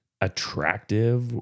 attractive